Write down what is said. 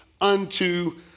unto